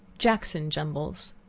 jackson jumbles.